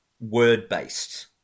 word-based